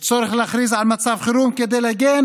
יש צורך להכריז על מצב חירום כדי להגן